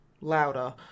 louder